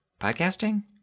Podcasting